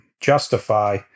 justify